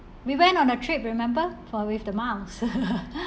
we went on a trip remember for with the miles